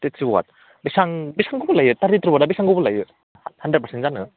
thirty-three watt बेसेबां बेसेबां गोबाव लायो थारटिथ्रि वाटआ बेसेबां गोबाव लायो हान्द्रेद पारसेन्ट जानो